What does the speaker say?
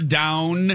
down